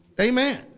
Amen